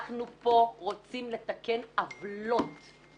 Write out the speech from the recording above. אנחנו פה רוצים לתקן עוולות,